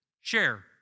share